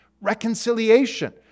reconciliation